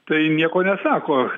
tai nieko nesako